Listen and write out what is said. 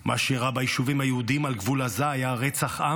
מה שאירע ביישובים היהודיים על גבול עזה היה רצח עם,